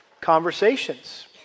conversations